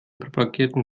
propagierten